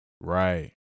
Right